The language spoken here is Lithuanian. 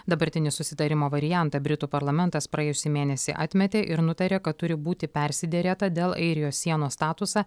dabartinį susitarimo variantą britų parlamentas praėjusį mėnesį atmetė ir nutarė kad turi būti persiderėta dėl airijos sienos statusą